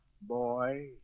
boy